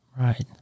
right